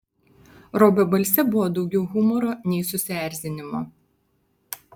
robio balse buvo daugiau humoro nei susierzinimo